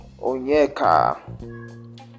onyeka